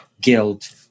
guilt